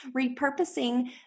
Repurposing